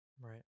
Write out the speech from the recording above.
right